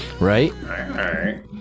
Right